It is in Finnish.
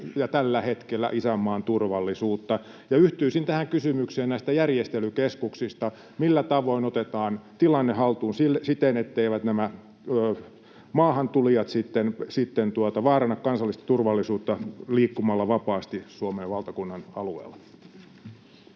ja tällä hetkellä isänmaan turvallisuutta. Yhtyisin tähän kysymykseen näistä järjestelykeskuksista: millä tavoin otetaan tilanne haltuun siten, etteivät nämä maahantulijat sitten vaaranna kansallista turvallisuutta liikkumalla vapaasti Suomen valtakunnan alueella?